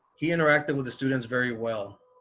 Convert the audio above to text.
he interacted with the students. very well.